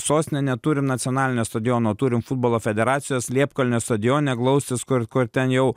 sostinė neturim nacionalinio stadiono o turim futbolo federacijos liepkalnio stadione glaustis kur kur ten jau